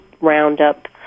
Roundup